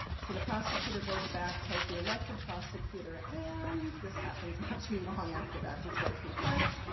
so, the prosecutor goes back, tells the elected prosecutor, and this happens not too long after that. detroit free press,